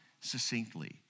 succinctly